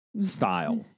style